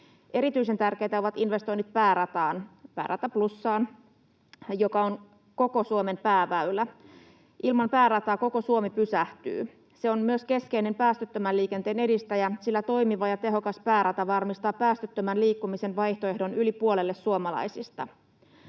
Erityisen tärkeitä ovat investoinnit päärataan, Päärata plussaan, joka on koko Suomen pääväylä. Ilman päärataa koko Suomi pysähtyy. Se on myös keskeinen päästöttömän liikenteen edistäjä, sillä toimiva ja tehokas päärata varmistaa päästöttömän liikkumisen vaihtoehdon yli puolelle suomalaisista.